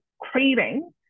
craving